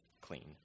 clean